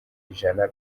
ijana